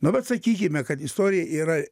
na bet sakykime kad istorija yra